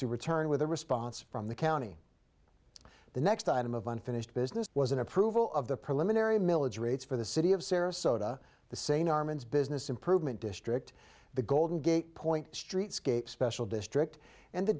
to return with a response from the county the next item of unfinished business was an approval of the preliminary milage rates for the city of sarasota the sane armin's business improvement district the golden gate point streetscape special district and the